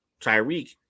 Tyreek